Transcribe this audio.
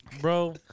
bro